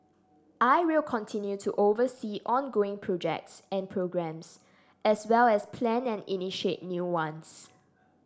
I will continue to oversee ongoing projects and programmes as well as plan and initiate new ones